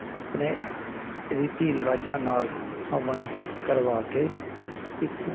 ਆਪਣੇ ਰੀਤੀ ਰਿਵਾਜ਼ਾਂ ਨਾਲ ਹਵਨ ਕਰਵਾ ਕੇ ਇੱਕ